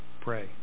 Pray